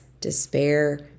despair